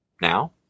now